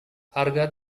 harga